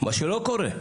מה שלא קורה.